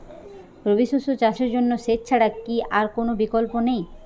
রবি শস্য চাষের জন্য সেচ ছাড়া কি আর কোন বিকল্প নেই?